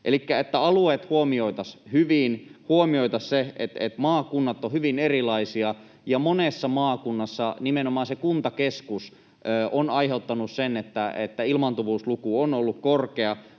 että alueet huomioitaisiin hyvin, huomioitaisiin se, että maakunnat ovat hyvin erilaisia ja monessa maakunnassa nimenomaan se kuntakeskus on aiheuttanut sen, että ilmaantuvuusluku on ollut korkea,